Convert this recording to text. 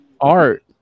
art